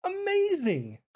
amazing